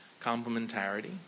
Complementarity